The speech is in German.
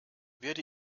werde